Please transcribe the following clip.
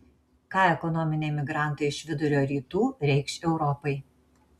ką ekonominiai migrantai iš vidurio rytų reikš europai